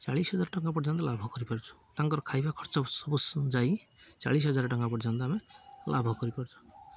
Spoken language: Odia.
ଚାଳିଶ ହଜାର ଟଙ୍କା ପର୍ଯ୍ୟନ୍ତ ଲାଭ କରିପାରୁଛୁ ତାଙ୍କର ଖାଇବା ଖର୍ଚ୍ଚ ସବୁ ଯାଇ ଚାଳିଶ ହଜାର ଟଙ୍କା ପର୍ଯ୍ୟନ୍ତ ଆମେ ଲାଭ କରିପାରୁଛୁ